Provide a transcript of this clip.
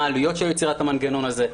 מה העלויות של יצירת המנגנון הזה?